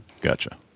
Gotcha